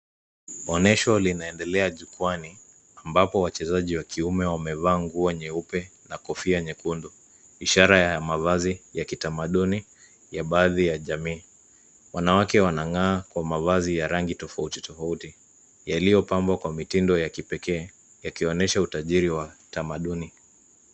Onyesho linaemdelea jukwaani, ambapo wachezaji wa kiume wamevaa nguo nyeupe na kofia nyekundu ishara ya mavazi ya kitamaduni ya baadhi ya jamii. Wanawake wanang'aa kwa mavazi ya rangi tofauti tofauti yaliyopambwa kwa mitindo ya kipekee yakionyesha utajiri wa tamaduni.